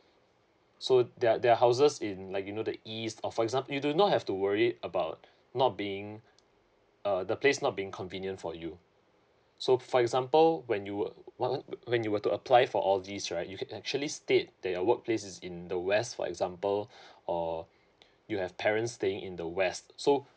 so their their houses in like you know the east or for exam~ you do not have to worry about not being uh the place not being convenient for you so for example when you were what what when you were to apply for all these right you can actually state that your work place is in the west for example or you have parents staying in the west so